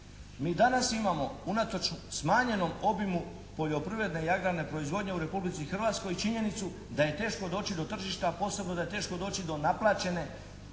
Mi danas imamo unatoč smanjenom obijmu poljoprivredne i agrarne proizvodnje u Republici Hrvatskoj činjenicu da je teško doći do tržišta, a posebno da je teško doći do naplaćene